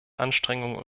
anstrengungen